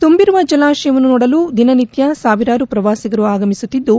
ತುಂಬಿರುವ ಜಲಾಶಯವನ್ನು ನೋಡಲು ದಿನ ನಿತ್ಯ ಸಾವಿರಾರು ಪ್ರವಾಸಿಗರು ಆಗಮಿಸುತ್ತಿದ್ದು